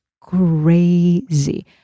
crazy